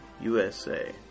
USA